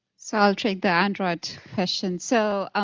so i'll take the android question. so, ah